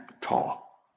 tall